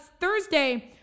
Thursday